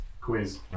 Quiz